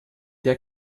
der